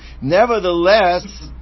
Nevertheless